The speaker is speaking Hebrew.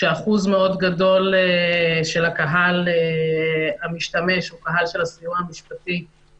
כשאחוז מאוד גדול של הקהל המשתמש הוא קהל של הסיוע המשפטי,